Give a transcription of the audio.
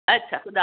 اچھا خُدا